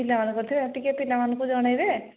ପିଲାମାନଙ୍କ ଟିକେ ପିଲାମାନଙ୍କୁ ଜଣେଇବେ